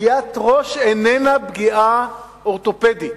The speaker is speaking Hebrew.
פגיעת ראש איננה פגיעה אורתופדית.